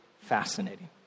fascinating